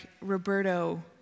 Roberto